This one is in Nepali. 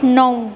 नौ